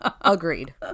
Agreed